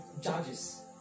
judges